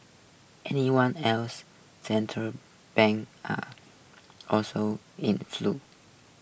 anyone else central banks are also in flux